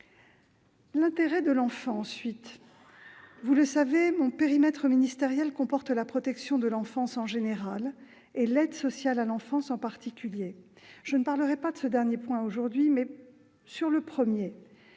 l'intérêt de l'enfant, vous le savez, mon périmètre ministériel comporte la protection de l'enfance en général et l'aide sociale à l'enfance en particulier. Je ne parlerai pas de ce dernier sujet aujourd'hui, mais, sur le premier,